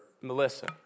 Melissa